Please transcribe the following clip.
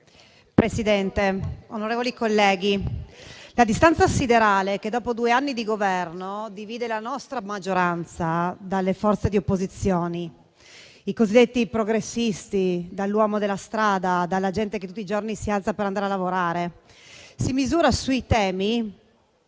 Presidente, onorevoli colleghi, la distanza siderale che, dopo due anni di Governo, divide la nostra maggioranza dalle forze di opposizione, i cosiddetti progressisti dall'uomo della strada, dalla gente che tutti i giorni si alza per andare a lavorare, si misura sui temi